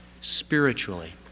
spiritually